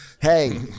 Hey